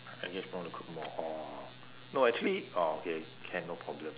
I just want to cook more or no actually orh okay can no problem